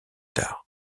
tard